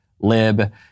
Lib